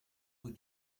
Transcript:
rue